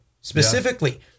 specifically